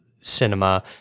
cinema